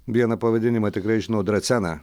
vieną pavadinimą tikrai žinau draceną